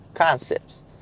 concepts